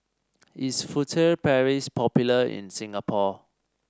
is Furtere Paris popular in Singapore